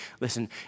Listen